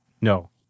No